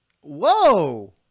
Whoa